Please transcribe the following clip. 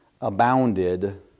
abounded